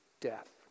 death